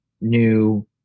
new